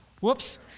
whoops